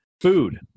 Food